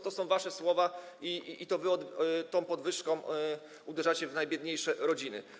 To są wasze słowa i to wy tą podwyżką uderzacie w najbiedniejsze rodziny.